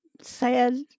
sad